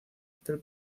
del